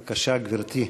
בבקשה, גברתי.